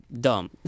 dumb